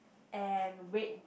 and red